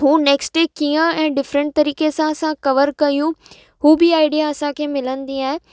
हू next day कीअं ऐं डिफ़्रेंट तरीक़े सां असां कवर कयूं हू बि आइडिया असांखे मिलंदी आहे